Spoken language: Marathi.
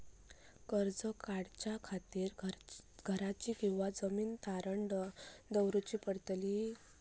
कर्ज काढच्या खातीर घराची किंवा जमीन तारण दवरूची पडतली?